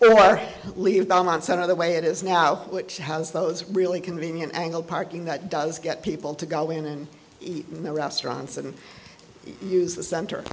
are leaves on sort of the way it is now which has those really convenient angle parking that does get people to go in and eat in the restaurants and use the cent